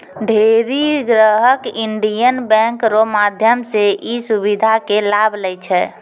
ढेरी ग्राहक Indian bank रो माध्यम से ई सुविधा के लाभ लै छै